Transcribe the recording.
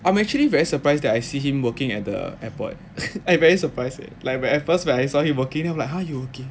I'm actually very surprised that I see him working at the airport I very surprised eh like when at first when I saw him working then I'm like !huh! you working